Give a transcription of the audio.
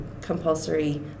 compulsory